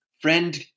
friend